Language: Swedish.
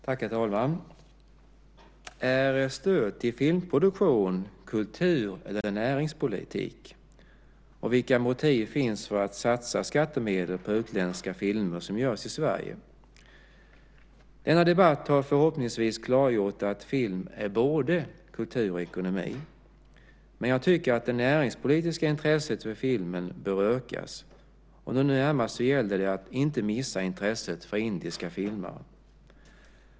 Herr talman! Är stöd till filmproduktion kultur eller näringspolitik och vilka motiv finns för att satsa skattemedel på utländska filmer som görs i Sverige? Denna debatt har förhoppningsvis klargjort att film är både kultur och ekonomi. Jag tycker att det näringspolitiska intresset för film bör ökas. Nu närmast gäller det att inte missa intresset från indiska filmare.